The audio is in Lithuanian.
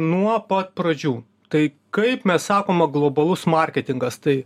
nuo pat pradžių tai kaip mes sakoma globalus marketingas tai